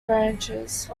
branches